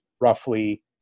roughly